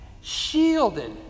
shielded